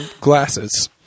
glasses